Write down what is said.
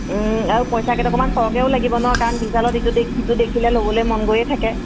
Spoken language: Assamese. আৰু পইচা কেইটকামান সৰহকৈও লাগিব ন কাৰণ বিশালত ইটো দেখি সিটো দেখিলে ল'বলৈ মন গৈয়ে থাকে